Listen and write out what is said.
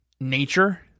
nature